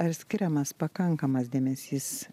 ar skiriamas pakankamas dėmesys